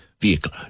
vehicle